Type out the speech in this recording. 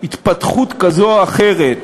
התפתחות כזו או אחרת,